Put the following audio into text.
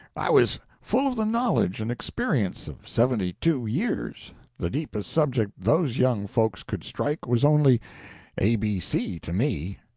i was full of the knowledge and experience of seventy-two years the deepest subject those young folks could strike was only a b c to me.